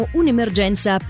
un'emergenza